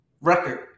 record